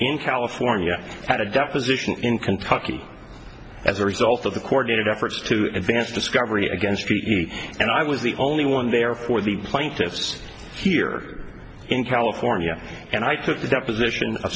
in california at a deposition in kentucky as a result of the coordinated efforts to advance discovery against me and i was the only one there for the plaintiffs here in california and i took the deposition